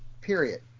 period